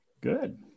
Good